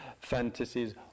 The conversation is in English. fantasies